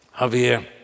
Javier